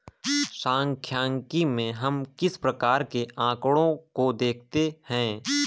सांख्यिकी में हम किस प्रकार के आकड़ों को देखते हैं?